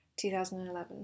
2011